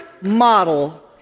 model